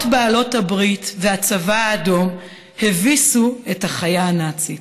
בעלות הברית והצבא האדום הביסו את החיה הנאצית.